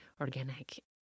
organic